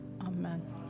Amen